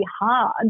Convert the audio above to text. hard